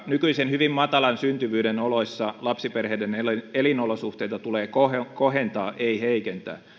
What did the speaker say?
nykyisen hyvin matalan syntyvyyden oloissa lapsiperheiden elinolosuhteita tulee kohentaa kohentaa ei heikentää